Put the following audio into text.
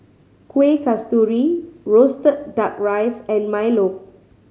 Kueh Kasturi roasted Duck Rice and milo